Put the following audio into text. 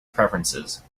preferences